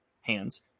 hands